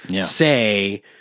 say